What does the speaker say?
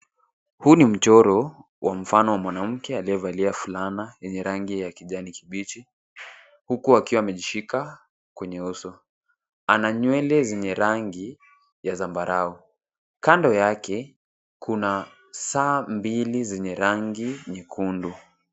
Huu ni mchoro wa mfano wa mwanamke aliyevalia fulana yenye rangi ya kijani kibichi huku akiwa amejishika kwenye uso. Ana nywele zenye rangi ya zambarau. Kando yake kuna saa mbili zenye rangi nyekundu.